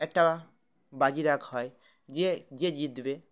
একটা বাজি রাখা হয় যে যে জিতবে